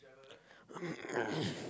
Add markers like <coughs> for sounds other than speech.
<coughs>